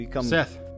Seth